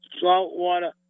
saltwater